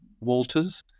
Walter's